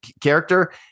character